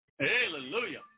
Hallelujah